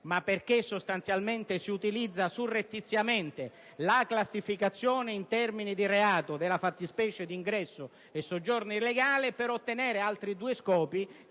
ma perché sostanzialmente si utilizza surrettiziamente la classificazione in termini di reato della fattispecie di ingresso e soggiorno illegale per ottenere altri due scopi,